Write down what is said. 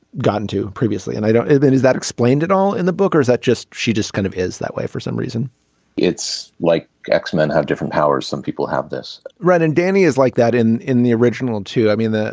gotten to previously and i don't mean is that explained at all in the book or is that just she just kind of is that way for some reason it's like x-men have different powers some people have this right and danny is like that in in the original two i mean